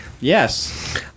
Yes